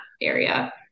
area